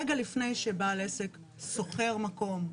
רגע לפני שבעל עסק שוכר מקום,